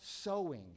sowing